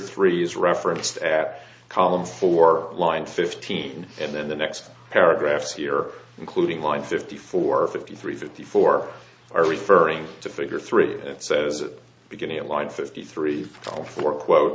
three is referenced at column for line fifteen and then the next paragraphs here including my fifty four fifty three fifty four are referring to figure three it says that beginning a line fifty three or four quote